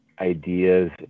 ideas